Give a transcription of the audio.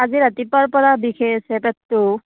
আজি ৰাতিপুৱাৰ পৰা বিষাই আছে পেটটো